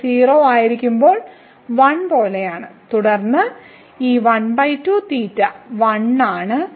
ഇത് 0 ആയിരിക്കുമ്പോൾ 1 പോലെയാണ് തുടർന്ന് ഈ 12 1 ആണ്